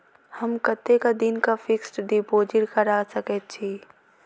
हम कतेक दिनक फिक्स्ड डिपोजिट करा सकैत छी?